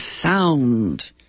sound